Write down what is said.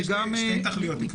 יש שתי תכליות.